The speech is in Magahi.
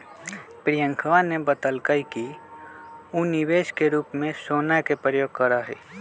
प्रियंकवा ने बतल कई कि ऊ निवेश के रूप में सोना के प्रयोग करा हई